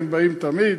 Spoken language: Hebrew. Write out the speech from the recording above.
הם באים תמיד.